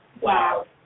wow